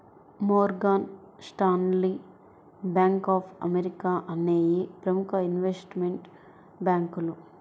Morgan Stanley, Bank of America అనేయ్యి ప్రముఖ investment బ్యేంకులు